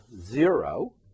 zero